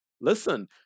listen